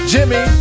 Jimmy